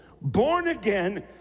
born-again